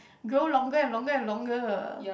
grow longer and longer and longer